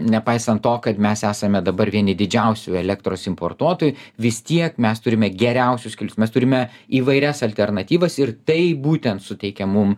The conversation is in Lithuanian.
nepaisant to kad mes esame dabar vieni didžiausių elektros importuotojų vis tiek mes turime geriausius kelius mes turime įvairias alternatyvas ir tai būtent suteikia mum